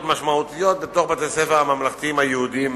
משמעותיות בתוך בתי-הספר הממלכתיים היהודיים,